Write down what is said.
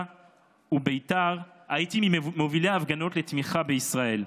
ובית"ר הייתי ממובילי ההפגנות לתמיכה בישראל.